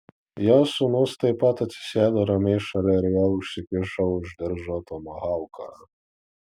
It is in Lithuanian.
jo sūnus taip pat atsisėdo ramiai šalia ir vėl užsikišo už diržo tomahauką